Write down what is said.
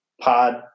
pod